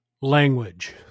language